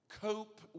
cope